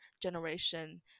generation